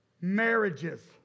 marriages